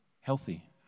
healthy